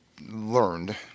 learned